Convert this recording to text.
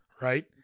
right